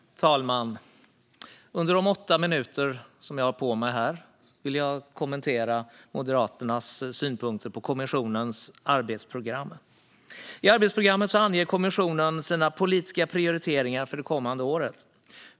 Fru talman! Under de åtta minuter som jag har på mig här vill jag kommentera Moderaternas synpunkter på kommissionens arbetsprogram. I arbetsprogrammet anger kommissionen sina politiska prioriteringar för det kommande året.